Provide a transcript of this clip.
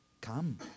come